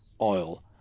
oil